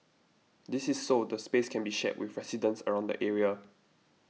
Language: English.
this is so the space can be shared with residents around the area